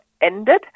ended